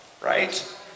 right